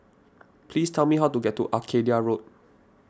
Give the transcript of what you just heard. please tell me how to get to Arcadia Road